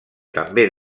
també